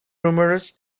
numerous